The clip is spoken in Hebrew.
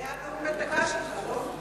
זה היה נאום בן דקה שלך, לא?